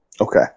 Okay